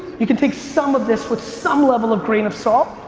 you can take some of this with some level of grain of salt,